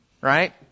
right